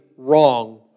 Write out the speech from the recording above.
wrong